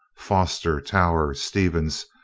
foster, tower, stevens,